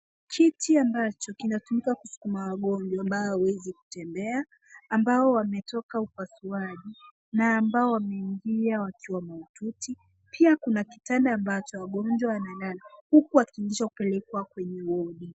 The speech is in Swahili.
Kiti ambacho kinatumika kusukuma wagonjwa ambao hawawezi kutembea, ambao wametoka upasuaji, na ambao wameingia wakiwa mahututi. Pia kuna kitanda ambacho wagonjwa wanalala huku wakiingishwa kupelekwa kwenye wodi.